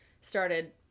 started